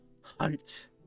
hunt